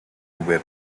whip